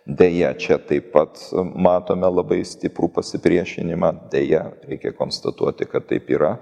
deja čia taip pat matome labai stiprų pasipriešinimą deja reikia konstatuoti kad taip yra